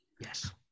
Yes